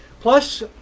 Plus